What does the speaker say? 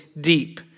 deep